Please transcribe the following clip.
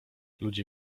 ludzie